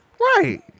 Right